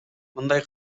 мындай